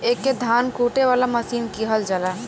एके धान कूटे वाला मसीन कहल जाला